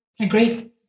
agree